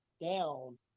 down